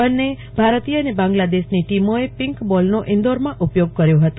બ ને ભારતીય અને બાં ગ્લાદશ ની ટોમોએ પિક બોલનો ઇદોરમાં ઉપયોગ કર્યા હતો